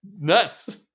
nuts